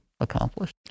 accomplished